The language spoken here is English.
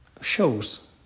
shows